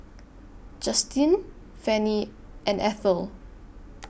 Justine Fannie and Ethyl